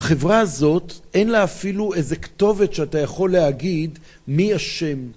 החברה הזאת אין לה אפילו איזה כתובת שאתה יכול להגיד מי אשם.